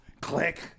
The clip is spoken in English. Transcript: click